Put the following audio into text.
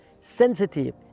sensitive